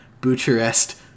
Bucharest